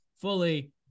fully